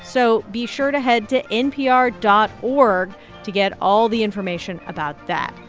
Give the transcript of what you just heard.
so be sure to head to npr dot org to get all the information about that.